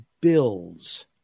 builds